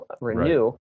renew